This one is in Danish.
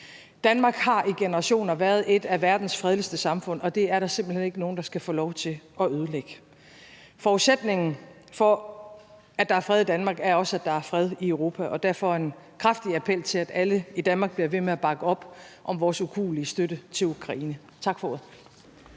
Danmark har i generationer været et af verdens fredeligste samfund, og det er der simpelt hen ikke nogen der skal få lov til at ødelægge. Forudsætningen for, at der er fred i Danmark, er, at der også er fred i Europa, og derfor skal der være en kraftig appel til, at alle i Danmark bliver ved med at bakke op om vores ukuelige støtte til Ukraine. Tak for ordet.